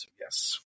Yes